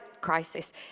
crisis